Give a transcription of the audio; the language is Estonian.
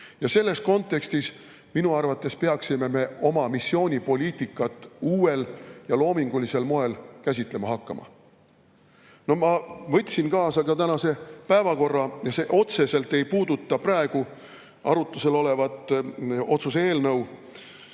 Ja selles kontekstis minu arvates peaksime me oma missioonipoliitikat uuel ja loomingulisel moel käsitlema hakkama. Ma võtsin kaasa ka tänase päevakorra. See otseselt ei puuduta praegu arutlusel olevat otsuse eelnõu,